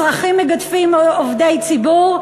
אזרחים מגדפים עובדי ציבור,